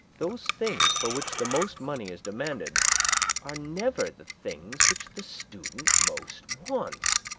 those things for which the most money is demanded are never the things which the student most wants.